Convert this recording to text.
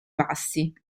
bassi